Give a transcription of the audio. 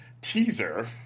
teaser